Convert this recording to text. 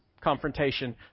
confrontation